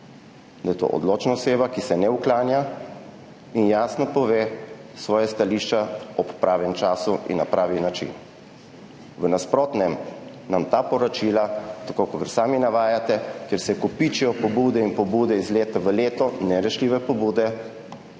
da je to odločna oseba, ki se ne uklanja in jasno pove svoja stališča ob pravem času in na pravi način. V nasprotnem so ta poročila, tako kot sami navajate, kjer se kopičijo pobude iz leta v leto, nerešljive pobude,